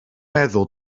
meddwl